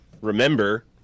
remember